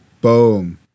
boom